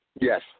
yes